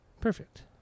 perfect